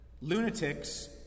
lunatics